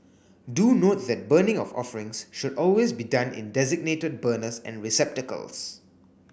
do note that burning of offerings should always be done in designated burners and receptacles